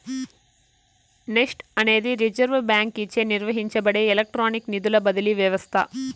NEFT అనేది reserve బాంకీచే నిర్వహించబడే ఎలక్ట్రానిక్ నిధుల బదిలీ వ్యవస్త